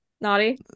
Naughty